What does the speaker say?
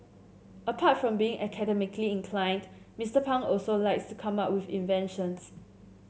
apart from being academically inclined Mister Pang also likes to come up with inventions